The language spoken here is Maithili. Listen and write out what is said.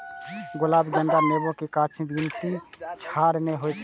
गुलाब, गेंदा, नेबो के गाछक गिनती झाड़ मे होइ छै